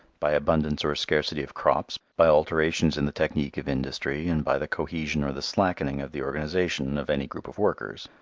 by abundance or scarcity of crops, by alterations in the technique of industry and by the cohesion or the slackening of the organization of any group of workers.